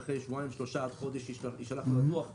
ואחרי שבועיים-שלושה עד חודש יישלח לו הדוח,